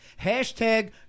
Hashtag